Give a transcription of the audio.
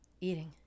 eating